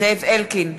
זאב אלקין,